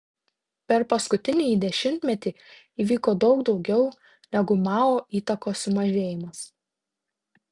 per paskutinįjį dešimtmetį įvyko daug daugiau negu mao įtakos sumažėjimas